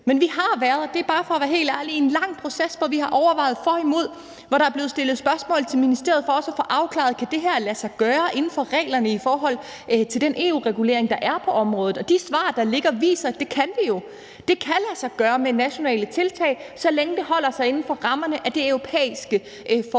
Men vi har været – og det er bare for at være helt ærlig – i en lang proces, hvor vi har overvejet for og imod, og hvor der er blevet stillet spørgsmål til ministeriet for også at få afklaret, om det her kan lade sig gøre inden for reglerne i den EU-regulering, der er på området. Og de svar, der ligger, viser, at det kan vi jo. Det kan lade sig gøre med nationale tiltag, så længe det holder sig inden for rammerne af det europæiske forbud,